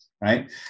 right